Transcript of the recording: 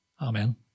Amen